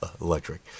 electric